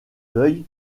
deuil